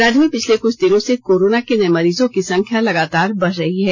राज्य में पिछले कुछ दिनों से कोरोना के नए मरीजों की संख्या लगातार बढ़ रही है